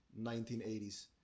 1980s